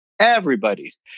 Everybody's